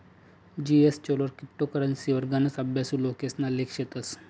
जीएसचोलर क्रिप्टो करेंसीवर गनच अभ्यासु लोकेसना लेख शेतस